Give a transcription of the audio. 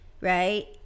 Right